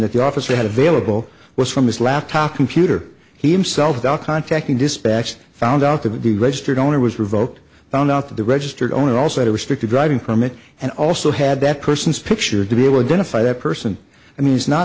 that the officer had available was from his laptop computer he himself without contacting dispatch found out that the registered owner was revoked found out that the registered owner also had a restricted driving permit and also had that person's picture to be we're going to find that person and he's not